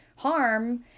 harm